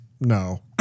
No